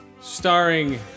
Starring